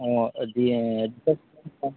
ও জি recharge plan কেমন